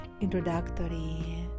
introductory